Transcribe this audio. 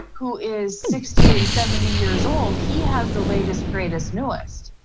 who is sixty and seventy years old, he has the latest, greatest newest.